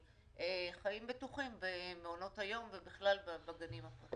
חיים בטוחים במעונות היום ובכלל בגנים.